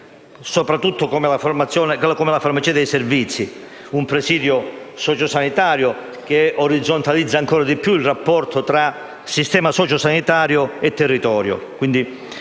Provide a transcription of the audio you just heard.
importanti, come la farmacia dei servizi, un presidio sociosanitario che orizzontalizza ulteriormente il rapporto tra sistema sociosanitario e territorio.